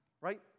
right